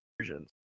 versions